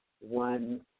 one